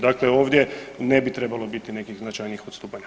Dakle ovdje ne bi trebalo biti nekih značajnijih odstupanja.